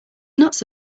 nuts